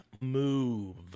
move